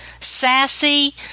sassy